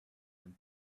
and